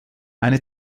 eine